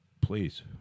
please